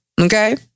okay